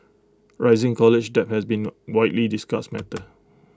rising college debt has been A widely discussed matter